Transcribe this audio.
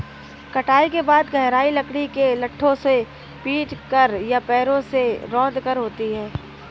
कटाई के बाद गहराई लकड़ी के लट्ठों से पीटकर या पैरों से रौंदकर होती है